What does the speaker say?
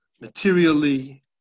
materially